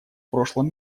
прошлом